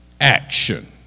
action